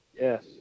Yes